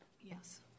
Yes